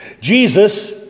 Jesus